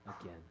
again